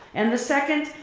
and the second,